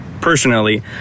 personally